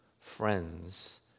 friends